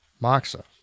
Moxa